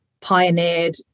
pioneered